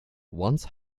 once